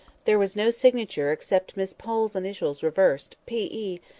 there was no signature except miss pole's initials reversed, p e.